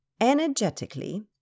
Energetically